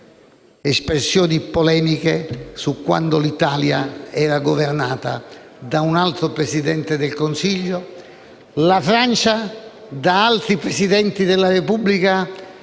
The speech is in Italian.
la Francia da altri Presidenti della Repubblica